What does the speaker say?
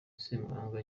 ssemwanga